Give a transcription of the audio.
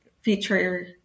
feature